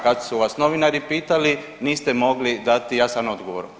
Kad su vas novinari pitali niste mogli dati jasan odgovor.